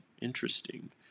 Interesting